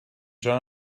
join